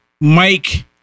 Mike